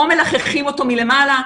או מלחכים אותו מלמעלה,